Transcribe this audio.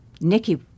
Nikki